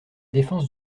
défense